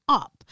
up